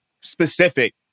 specific